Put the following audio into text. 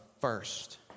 first